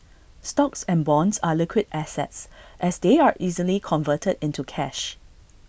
stocks and bonds are liquid assets as they are easily converted into cash